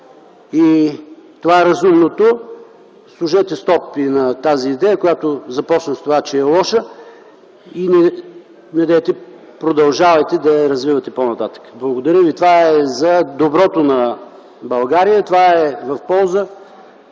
Това е разумното. Кажете „Стоп!” и на тази идея, която започнах с това, че е лоша, но недейте продължавайте да я развивате по-нататък. Това е за доброто на България, това е в полза